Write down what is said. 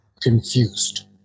confused